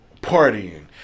partying